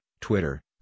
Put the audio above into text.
Twitter